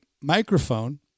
microphone